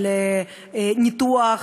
של ניתוח,